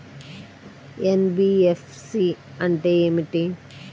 NBFC అంటే ఏమిటి?